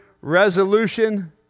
resolution